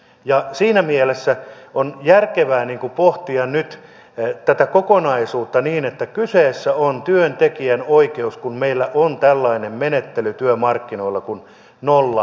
ja siinä mielessä on järkevää pohtia nyt tätä kokonaisuutta niin että kyseessä on työntekijän oikeus kun meillä on tällainen menettely työmarkkinoilla kuin nollasopimusratkaisu